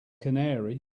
canary